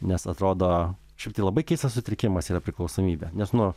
nes atrodo šiaip tai labai keistas sutrikimas yra priklausomybė nes nu